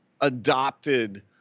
adopted